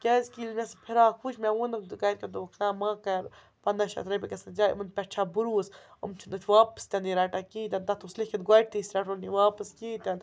کیٛازِکہِ ییٚلہِ مےٚ سُہ فراق وٕچھ مےٚ وونُکھ گَرِکیو دوٚپُکھ نہ ما کَر پنٛداہ شیٚتھ رۄپیہِ گژھن زایہِ یِمَن پٮ۪ٹھ چھا بٔروٗس یِم چھِ نہ چھِ واپَس تنہٕ یہِ رَٹان کِہیٖنۍ تہِ نہٕ تَتھ اوس لیکھِتھ گۄڈتھٕے أسۍ رَٹو نہٕ یہِ واپَس کِہیٖنۍ تہِ نہٕ